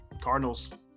Cardinals